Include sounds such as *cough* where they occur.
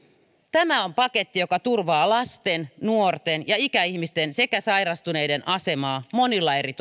tämä on paketti joka turvaa lasten nuorten ja ikäihmisten sekä sairastuneiden asemaa monilla eri *unintelligible*